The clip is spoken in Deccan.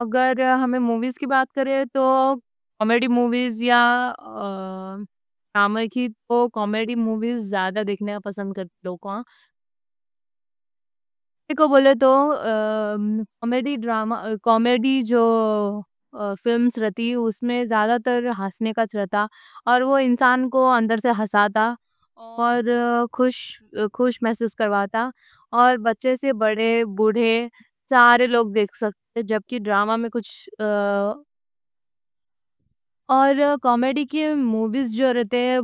اگر ہمنا موویز کی بات کرے تو کومیڈی موویز یا ڈراما۔ کی تو کومیڈی موویز زیادہ دیکھنے کا پسند کرتے لوگ ہیں۔ کومیڈی موویز بولے تو زیادہ تر ہسنے کا رہتا، انسان کو اندر سے ہساتا اور خوش محسوس کرواتا، بچے سے بڑے بوڑھے سارے لوگ دیکھ سکتے ہیں کومیڈی۔ کومیڈی موویز